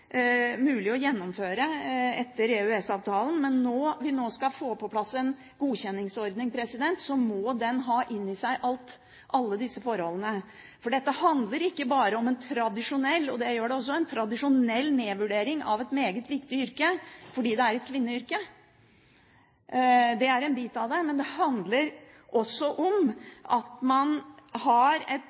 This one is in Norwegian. mulig å gjennomføre etter EØS-avtalen, men når vi nå skal få på plass en godkjenningsordning, må den ha i seg alle disse forholdene. Dette handler ikke bare om en tradisjonell nedvurdering av et meget viktig yrke fordi det er et kvinneyrke. Det er en bit av det, men det handler også om at mange av disse har en så tøff arbeidssituasjon at jeg tror ikke jeg kjenner noen som har stått til pensjonsalderen i et